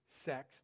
sex